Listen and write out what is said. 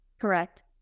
Correct